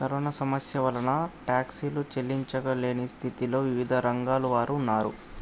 corona సమస్య వలన టాక్సీలు చెల్లించలేని స్థితిలో వివిధ రంగాల వారు ఉన్నారు